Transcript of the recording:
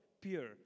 pure